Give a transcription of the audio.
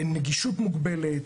נגישות מוגבלת,